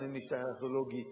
גם למשטח ארכיאולוגי,